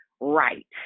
right